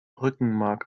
rückenmark